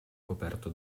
coperto